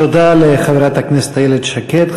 תודה לחברת הכנסת איילת שקד.